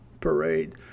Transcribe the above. parade